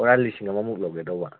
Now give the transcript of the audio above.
ꯕꯣꯔꯥ ꯂꯤꯁꯤꯡ ꯑꯃꯃꯨꯛ ꯂꯧꯒꯦ ꯇꯧꯕ